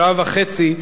שעה וחצי,